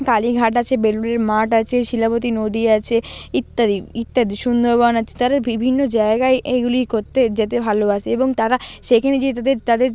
কালীঘাট আছে বেলুড়ের মঠ আছে শিলাবতী নদী আছে ইত্যাদি ইত্যাদি সুন্দরবন আছে তারা বিভিন্ন জায়গায় এইগুলি করতে যেতে ভালোবাসে এবং তারা সেখানে গিয়ে তাদের তাদের